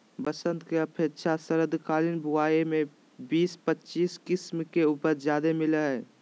बसंत के अपेक्षा शरदकालीन बुवाई में बीस पच्चीस किस्म के उपज ज्यादे मिलय हइ